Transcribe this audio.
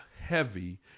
heavy